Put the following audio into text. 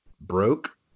broke